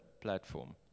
platform